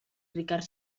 ricard